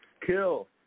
Kill